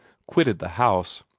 quitted the house.